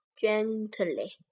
gently